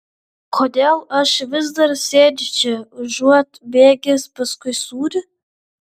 kodėl aš vis dar sėdžiu čia užuot bėgęs paskui sūrį